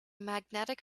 magnetic